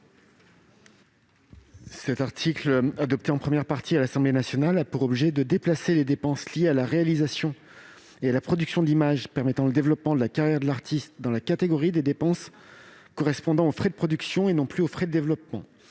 Cet article, adopté en première partie à l'Assemblée nationale, a pour objet de déplacer les dépenses liées à la réalisation et à la production d'images permettant le développement de la carrière de l'artiste dans la catégorie des dépenses correspondant aux frais de production, et non plus aux frais de développement.